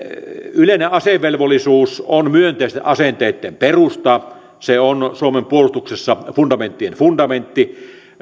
yleinen asevelvollisuus on myönteisten asenteitten perusta se on suomen puolustuksessa fundamenttien fundamentti vapaaehtoinen